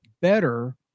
better